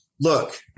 Look